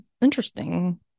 Interesting